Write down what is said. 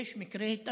יש מקרי התאבדויות,